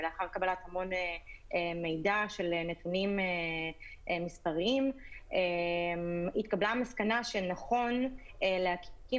ולאחר קבלת המון מידע של נתונים מספריים התקבלה המסקנה שנכון להקים